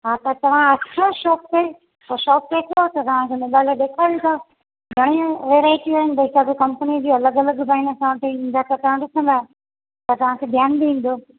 हा त तव्हां अचो शॉप ते शॉप ते अचो त तव्हांखे मोबाइल ॾेखारियूं था घणियूं ई वैराइटियूं आहिनि भई सभु कम्पनियुनि जूं अलॻि अलॻि डिज़ाइनूं असां वटि ईंदा त तव्हां ॾिसंदा त तव्हांखे ध्यानु बि ईंदो